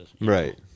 Right